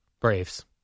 Braves